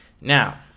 now